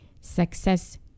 success